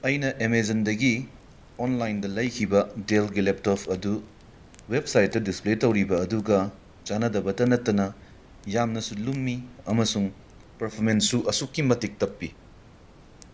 ꯑꯩꯅ ꯑꯦꯃꯦꯖꯟꯗꯒꯤ ꯑꯣꯟꯂꯥꯏꯟꯗ ꯂꯩꯈꯤꯕ ꯗꯦꯜꯒꯤ ꯂꯦꯞꯇꯣꯐ ꯑꯗꯨ ꯋꯦꯕꯁꯥꯏꯠꯇ ꯗꯤꯁꯄ꯭ꯂꯦ ꯇꯧꯈꯤꯕ ꯑꯗꯨꯒ ꯆꯥꯅꯗꯕꯇ ꯅꯠꯇꯅ ꯌꯥꯝꯅꯁꯨ ꯂꯨꯝꯃꯤ ꯑꯃꯁꯨꯡ ꯄꯔꯐꯃꯦꯟꯁꯁꯨ ꯑꯁꯨꯛꯀꯤ ꯃꯇꯤꯛ ꯇꯞꯄꯤ